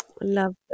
love